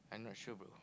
I'm not sure bro